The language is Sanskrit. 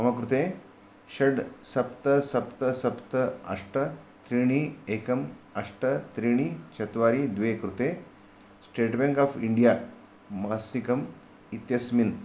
मम कृते षड् सप्त सप्त सप्त अष्ट त्रीणि एकम् अष्ट त्रीणि चत्वारि द्वे कृते स्टेट् बैङ्क् आफ् इण्डिया मासिकम् इत्यस्मिन्